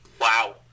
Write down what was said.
Wow